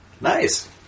Nice